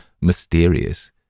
mysterious